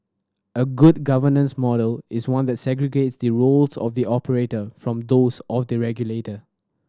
a good governance model is one that segregates the roles of the operator from those of the regulator